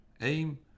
Aim